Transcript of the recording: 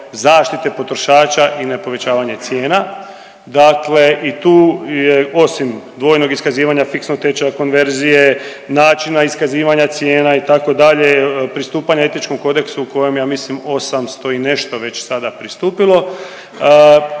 zaštite potrošača i ne povećavanje cijena. Dakle, i tu je osim dvojnog iskazivanja, fiksnog tečaja konverzije, načina iskazivanja cijena itd., pristupanje etičkom kodeksu koje ja mislim 800 i nešto sada već pristupilo,